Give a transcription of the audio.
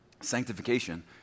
sanctification